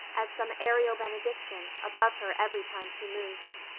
as some aerial benediction, above her every time she moved.